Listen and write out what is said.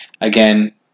again